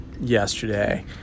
yesterday